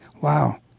wow